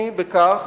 היא בכך